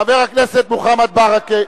חבר הכנסת מוחמד ברכה.